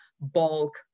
bulk